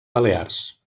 balears